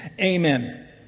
Amen